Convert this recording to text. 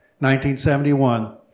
1971